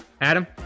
Adam